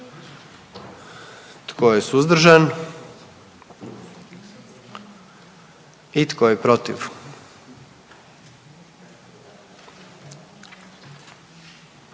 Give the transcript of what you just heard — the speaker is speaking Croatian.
Tko je suzdržan? I tko je protiv?